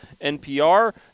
NPR